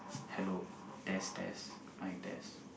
hello test test mic test